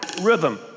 rhythm